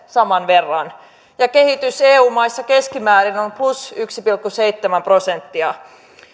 saman verran ja kehitys eu maissa keskimäärin on plus yksi pilkku seitsemän prosenttia